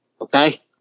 Okay